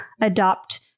adopt